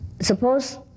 Suppose